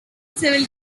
civil